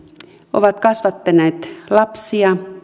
ovat kasvattaneet lapsia